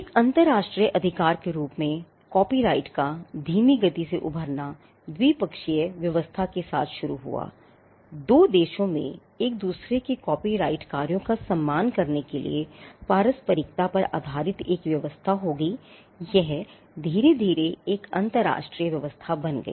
एक अन्तरराष्ट्रीय अधिकार के रूप में कॉपीराइट का धीमी गति से उभरना द्विपक्षीय व्यवस्था के साथ शुरू हुआ दो देशों में एक दूसरे के कॉपीराइट कार्यों का सम्मान करने के लिए पारस्परिकता पर आधारित एक व्यवस्था होगी यह धीरे धीरे एक अंतर्राष्ट्रीय व्यवस्था बन गई